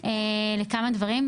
לכמה דברים,